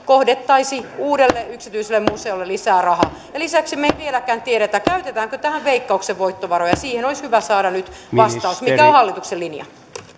kohdennettaisiin uudelle yksityiselle museolle lisää rahaa lisäksi me emme vieläkään tiedä käytetäänkö tähän veikkauksen voittovaroja siihen olisi hyvä saada nyt vastaus mikä on hallituksen linja